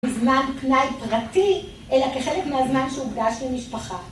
מזמן פנאי פרטי, אלא כחלק מהזמן שהוקדש למשפחה.